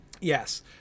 Yes